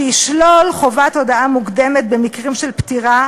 שישלול חובת הודעה מוקדמת במקרים של פטירה,